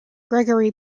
gregory